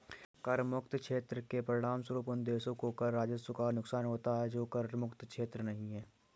कर मुक्त क्षेत्र के परिणामस्वरूप उन देशों को कर राजस्व का नुकसान होता है जो कर मुक्त क्षेत्र नहीं हैं